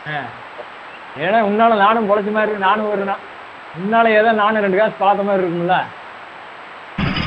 ஆ ஏன்னால் உன்னால் நானும் பொழச்சமாரி இருக்கும் நானும் ஒரு நான் உன்னால் ஏதோ நானும் ரெண்டு காசு பார்த்த மாதிரி இருக்குமில்ல ஆ